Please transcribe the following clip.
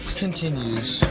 continues